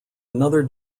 another